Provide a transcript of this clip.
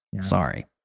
Sorry